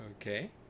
Okay